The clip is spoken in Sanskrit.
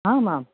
आम् आम्